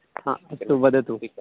हा अस्तु वदतु